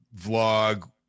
vlog